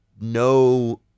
no